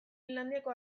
finlandiako